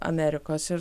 amerikos ir